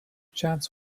chance